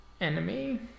enemy